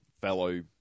fellow